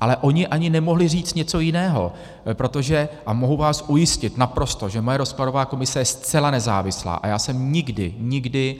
Ale oni ani nemohli říct něco jiného, protože a mohu vás ujistit naprosto, že moje rozkladová komise je zcela nezávislá a já jsem nikdy, nikdy,